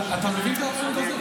אתה מבין את האבסורד הזה?